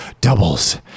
doubles